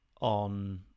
on